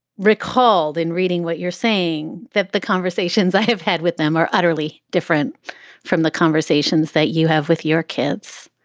recalled in reading what you're saying, that the conversations i have had with them are utterly different from the conversations that you have with your kids.